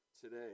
today